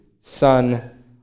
son